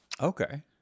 Okay